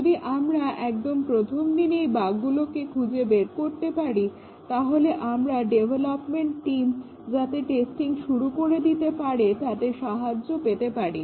যদি আমরা একদম প্রথম দিনেই বাগগুলোকে খুঁজে বের করতে পারি তাহলে আমরা ডেভলপমেন্ট টিম যাতে টেস্টিং শুরু করে দিতে পারে তাতে সাহায্য করতে পারি